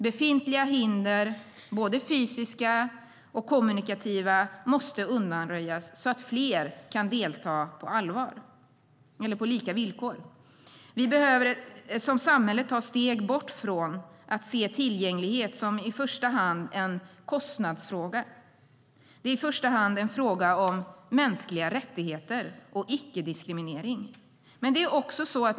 Befintliga hinder, både fysiska och kommunikativa, måste undanröjas så att fler kan delta på lika villkor. Vi behöver som samhälle ta steg bort från att se tillgänglighet som en kostnadsfråga i första hand. Det är i första hand en fråga om mänskliga rättigheter och icke-diskriminering.